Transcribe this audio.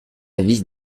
vis